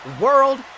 World